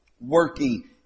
working